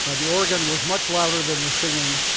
ah the organ was much louder than the singing,